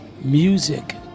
music